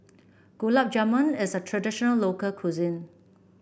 Gulab Jamun is a traditional local cuisine